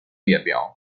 列表